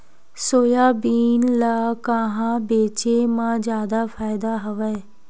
Soybean ल कहां बेचे म जादा फ़ायदा हवय?